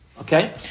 okay